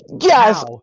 Yes